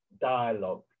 dialogue